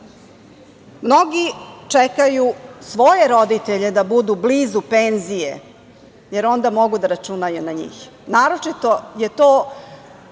majka. Mnogi čekaju svoje roditelje da budu blizu penzije, jer onda mogu da računaju na njih.